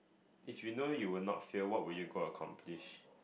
if you know you will not fail what will you go accomplish